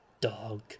dog